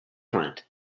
plant